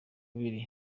biri